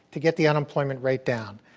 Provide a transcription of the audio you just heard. to get the unemployment rate down.